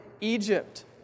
Egypt